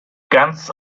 ganz